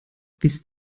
wisst